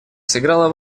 сыграла